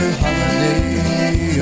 holiday